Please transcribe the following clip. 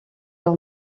leur